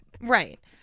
Right